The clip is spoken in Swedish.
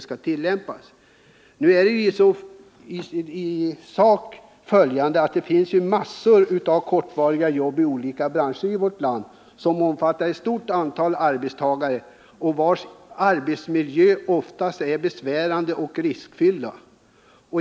Det finns ju i olika branscher i vårt land massor av kortvariga jobb som utförs av ett stort antal arbetstagare, vilkas arbetsmiljöer ofta är både besvärande och riskfyllda.